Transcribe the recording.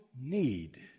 need